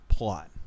plot